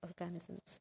organisms